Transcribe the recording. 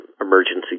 emergency